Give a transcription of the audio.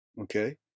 Okay